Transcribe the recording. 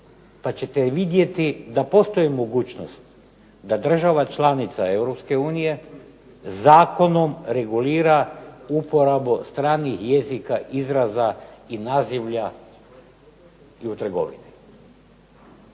pa ćete vidjeti da postoji mogućnost da država članica Europske unije zakonom regulira uporabu stranih jezika, izraza i nazivlja u trgovini.